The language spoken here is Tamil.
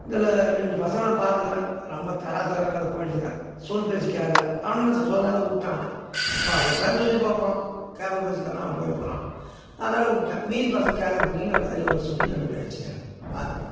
இதில் ரெண்டு பசங்களை நான் பார்த்துக்கறேன் ரொம்ப தராதரம் இல்லாது போயிடுதுங்க சொல் பேச்சு கேட்கல அவங்கள சொல்லாத விட்டேன் அவனை அப்பா ஒருத்தடவை சொல்லி பார்ப்போம் கேப்பார் பேச்சு கேட்கலனா அவன் போய் போகிறான் அதோடு விட்டேன் மீதி பசங்கள் கேட்கற பிள்ளைங்க நல்லா அறிவுரை சொல்லி நல்லப்படியாக வெச்சுக்கிறேன் பார்த்துப்பேன்